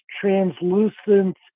translucent